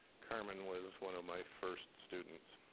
carmen was one of my first students.